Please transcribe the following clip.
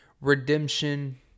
redemption